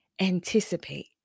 Anticipate